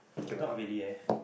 not really eh